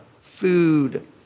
food